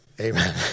Amen